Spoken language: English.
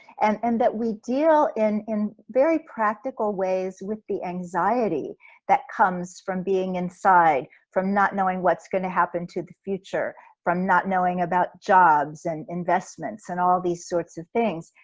and and that we deal in in very practical ways with the anxiety that comes from being inside, from not knowing what's gonna happen to the future, from not knowing about jobs and investments, and all these sorts of things.